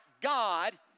God